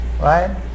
Right